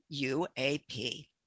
uap